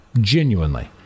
genuinely